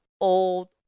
old